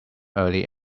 early